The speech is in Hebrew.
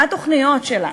מה התוכניות שלה